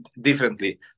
differently